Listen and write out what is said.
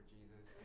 Jesus